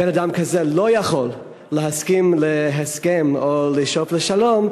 בן-אדם כזה לא יכול להסכים להסכם או לשאוף לשלום,